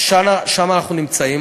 אז שם אנחנו נמצאים.